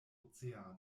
oceano